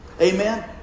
Amen